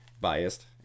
biased